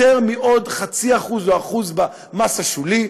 יותר מעוד 0.5% או 1% במס השולי,